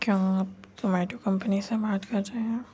کیا آپ Zomato company سے بات کر رہے ہیں